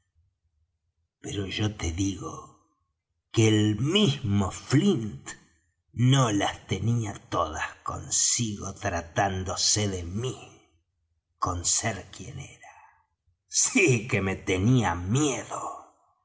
yo te digo que el mismo flint no las tenía todas consigo tratándose de mí con ser quien era sí que me tenía miedo